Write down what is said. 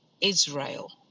Israel